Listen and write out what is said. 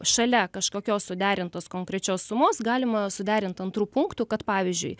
šalia kažkokios suderintos konkrečios sumos galima suderint antru punktu kad pavyzdžiui